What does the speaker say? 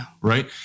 right